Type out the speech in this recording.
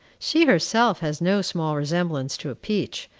she herself has no small resemblance to a peach,